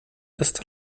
ist